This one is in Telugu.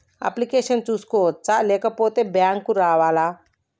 అప్లికేషన్ చేసుకోవచ్చా లేకపోతే బ్యాంకు రావాలా?